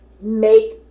make